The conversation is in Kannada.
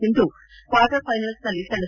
ಸಿಂಧು ಕ್ಲಾರ್ಟರ್ ಫೈನಲ್ಸ್ನಲ್ಲಿ ಸೆಣಸು